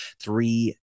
three